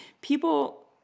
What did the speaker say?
people –